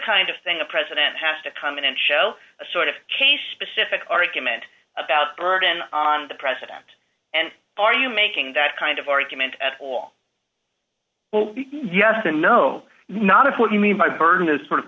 kind of thing a president has to come in and show a sort of case specific argument about the burden on the president and are you making that kind of argument at all yes and no not if what you mean by burden is sort of